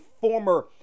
former